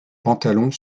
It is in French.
pantalons